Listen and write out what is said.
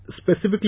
specifically